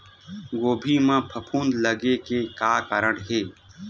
गोभी म फफूंद लगे के का कारण हे?